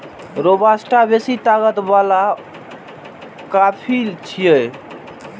robusta बेसी ताकत बला कॉफी छियै